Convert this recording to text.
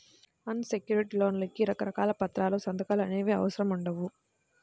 అన్ secured లోన్లకి రకరకాల పత్రాలు, సంతకాలు అనేవి అవసరం ఉండవు